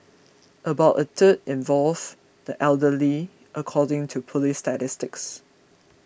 about a third involves the elderly according to police statistics